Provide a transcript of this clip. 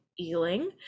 Ealing